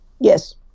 Yes